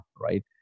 right